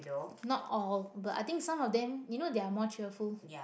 not all but I think some of them you know they are more cheerful